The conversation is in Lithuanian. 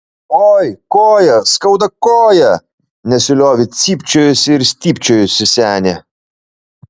oi koją skauda koją nesiliovė cypčiojusi ir stypčiojusi senė